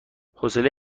حوصله